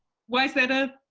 why is that a,